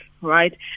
right